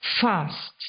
fast